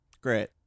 Great